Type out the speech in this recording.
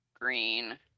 green